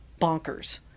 bonkers